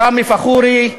ראמי פאחורי,